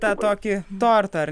tą tokį tortą ar